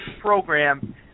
program